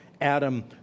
Adam